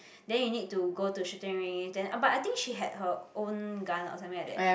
then you need to go to shooting range then but I think she had her own gun or something like that